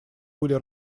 были